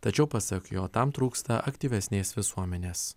tačiau pasak jo tam trūksta aktyvesnės visuomenės